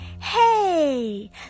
Hey